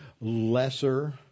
lesser